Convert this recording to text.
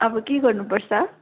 अब के गर्नु पर्छ